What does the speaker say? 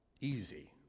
easy